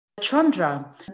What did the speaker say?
Chandra